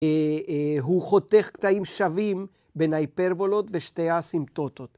‫הוא חותך קטעים שווים ‫בין ההיפרבולות ושתי האסימפטוטות.